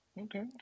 Okay